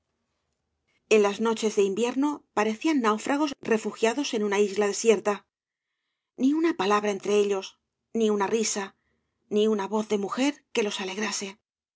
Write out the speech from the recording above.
en las noches de intíerdo parecían náufragos refugiados en una isla desierta ni una palabra entre ellos ni una risa ni una vez de mujer que los alegrase